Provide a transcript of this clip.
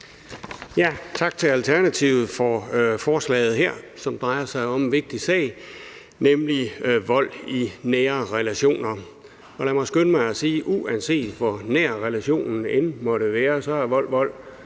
Tak til Alternativet for forslaget her, som drejer sig om en vigtig sag, nemlig vold i nære relationer. Lad mig skynde mig at sige, at uanset hvor nær relationen end måtte være, er vold vold.